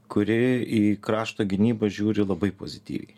kuri į krašto gynybą žiūri labai pozityviai